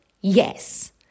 Yes